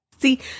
See